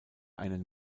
einen